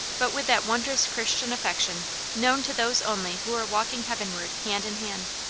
but with that wondrous christian affection known to those only who are walking heavenward hand in hand.